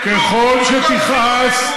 ככל שתכעס,